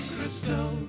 crystal